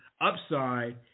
upside